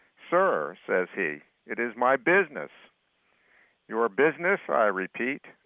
sir says he, it is my business your business? i repeat.